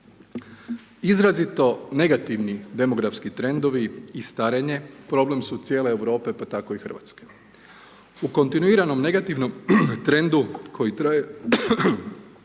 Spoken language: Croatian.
Izrazito negativni demografski trendovi i starenje problem su cijele Europe pa tako i Hrvatske. U kontinuiranom negativnom trendu koji traje